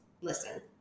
listen